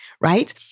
right